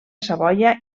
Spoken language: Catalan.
savoia